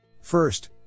First